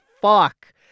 fuck